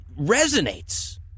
resonates